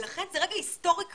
לכן זה רגע היסטורי כרגע.